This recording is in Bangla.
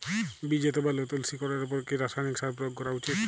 বীজ অথবা নতুন শিকড় এর উপর কি রাসায়ানিক সার প্রয়োগ করা উচিৎ?